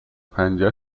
پنجه